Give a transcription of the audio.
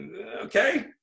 okay